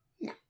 No